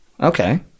Okay